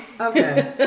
Okay